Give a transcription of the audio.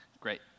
Great